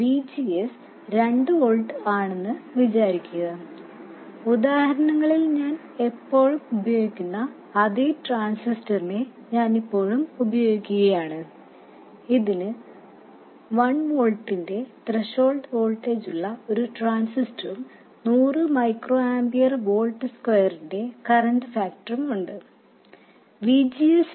VGS 2 volts ആണെന്ന് വിചാരിക്കുക ഉദാഹരണങ്ങളിൽ ഞാൻ എല്ലായ്പ്പോഴും ഉപയോഗിക്കുന്ന അതേ ട്രാൻസിസ്റ്ററിനെ ഞാൻ ഇപ്പോഴും ഉപയോഗിക്കുകയാണ് ഇത് 1 വോൾട്ടിന്റെ ത്രെഷോൾഡ് വോൾട്ടേജുള്ള ഒരു ട്രാൻസിസ്റ്ററും 100 മൈക്രോ ആമ്പിയർ വോൾട്ട് സ്ക്വയറിന്റെ കറൻറ് ഫാക്ടറും ഉള്ള ട്രാൻസിസ്റ്റർ ആണ്